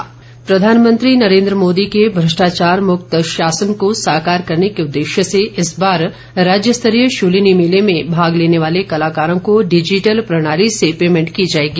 सहजल प्रधानमंत्री नरेन्द्र मोदी के भ्रष्टाचार मुक्त शासन को साकार करने के उद्देश्य से इस बार राज्य स्तरीय शूलिनी मेले में भाग लेने वाले कलाकारों को डिजिटल प्रणाली से पेमेंट की जाएगी